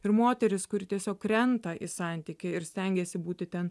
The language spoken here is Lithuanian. ir moteris kuri tiesiog krenta į santykį ir stengiasi būti ten